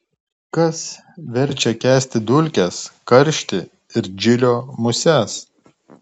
kas verčia kęsti dulkes karštį ir džilio muses